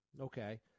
okay